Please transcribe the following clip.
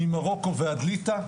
ממרוקו ועד ליטא,